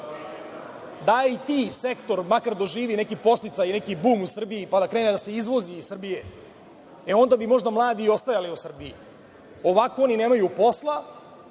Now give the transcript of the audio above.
da i IT sektor makar doživi neki podsticaj, neki bum u Srbiji, pa da krene da se izvozi iz Srbije, e onda bi možda mladi i ostajali u Srbiji. ovako oni nemaju posla,